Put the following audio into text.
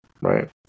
Right